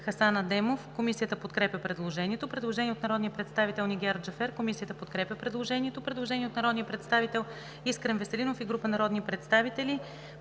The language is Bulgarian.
Хасан Адемов. Комисията подкрепя предложението. Предложение от народния представител Нигяр Джафер. Комисията подкрепя предложението. Предложение от народния представител Искрен Веселинов и група народни представители: